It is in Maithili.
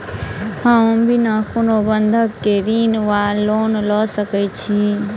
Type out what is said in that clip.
हम बिना कोनो बंधक केँ ऋण वा लोन लऽ सकै छी?